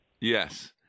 Yes